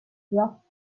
rock